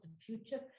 future